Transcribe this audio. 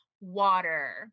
water